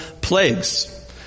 plagues